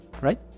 right